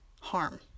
harm